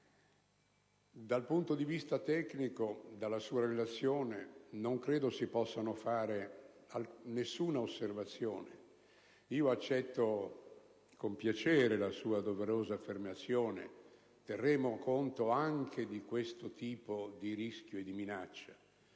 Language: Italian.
Dal punto di vista tecnico, in base alla sua esposizione, non credo si possa fare alcuna osservazione. Accetto con piacere la sua doverosa affermazione che si terrà conto anche di questo tipo di rischio e di minaccia,